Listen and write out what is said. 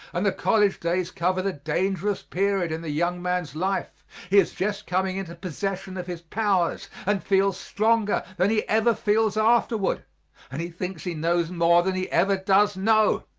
and the college days cover the dangerous period in the young man's life he is just coming into possession of his powers, and feels stronger than he ever feels afterward and he thinks he knows more than he ever does know.